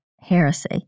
heresy